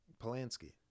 Polanski